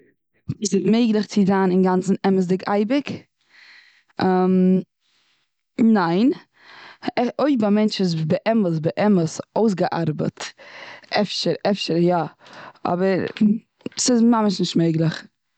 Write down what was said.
איז עס מעגליך צו זייין אינגאנצן אמת'דיג אייביג? ניין, אויסער א מענטש איז באמת, באמת אויסגעארבעט אפשר, אפשר יא. אבער ס'איז ממש נישט מעגליך.